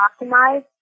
optimized